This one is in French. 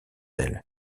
elle